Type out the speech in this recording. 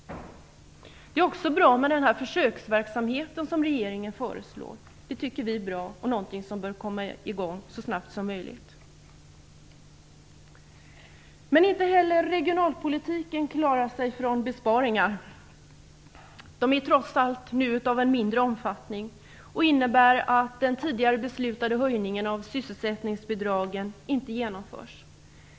Det är också bra med den försöksverksamhet som regeringen föreslår. Vi tycker att den bör komma i gång så snabbt som möjligt. Men inte heller regionalpolitiken klarar sig från besparingar. De är trots allt av en mindre omfattning och innebär att den tidigare beslutade höjningen av sysselsättningsbidragen inte genomförs.